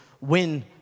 win